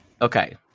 Okay